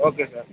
okay sir